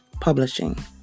publishing